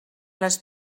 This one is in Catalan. les